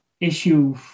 issue